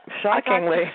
Shockingly